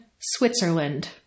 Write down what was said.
Switzerland